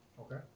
Okay